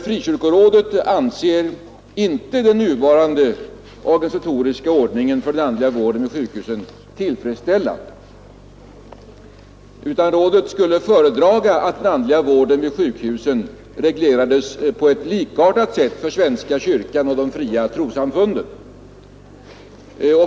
Frikyrkorådet anser inte den nuvarande organisatoriska ordningen för den andliga vården vid sjukhusen tillfredsställande, utan rådet skulle föredra att den andliga vården i sjukhusen reglerades på ett likartat sätt för svenska kyrkan och de fria trossamfunden.